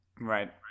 right